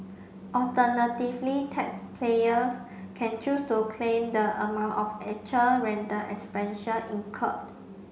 alternatively taxpayers can choose to claim the amount of actual rental incurred